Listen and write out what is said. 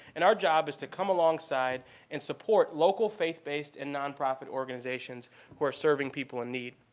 and our job is to come alongside and support local faith-based and nonprofit organizations who are serving people in need.